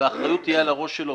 והאחריות תהיה על הראש שלו,